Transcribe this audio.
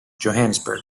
johannesburg